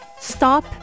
stop